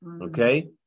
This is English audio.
okay